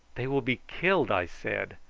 they will be killed, i said,